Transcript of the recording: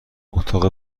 اتاق